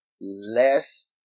less